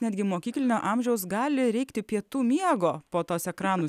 netgi mokyklinio amžiaus gali reikti pietų miego po tos ekranus